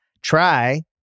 Try